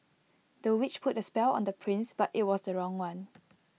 the witch put A spell on the prince but IT was the wrong one